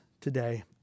today